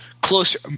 closer